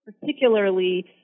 particularly